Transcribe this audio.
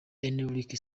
enric